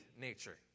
nature